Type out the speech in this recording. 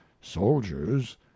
soldiers